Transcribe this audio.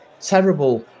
terrible